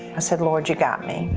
i said, lord, you've got me.